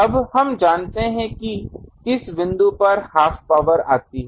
अब हम जानते हैं कि किस बिंदु पर हाफ पॉवर आती है